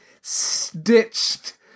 stitched